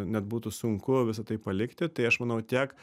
net būtų sunku visa tai palikti tai aš manau tiek